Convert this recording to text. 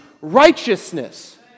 righteousness